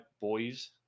boys